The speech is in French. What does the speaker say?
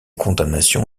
condamnations